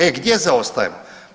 E gdje zaostajemo?